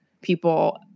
people